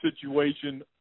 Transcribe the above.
situation